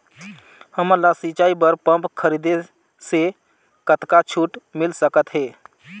हमन ला सिंचाई बर पंप खरीदे से कतका छूट मिल सकत हे?